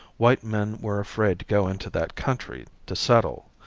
white men were afraid to go into that country to settle.